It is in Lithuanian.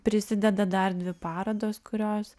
prisideda dar dvi parodos kurios